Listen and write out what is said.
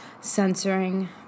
censoring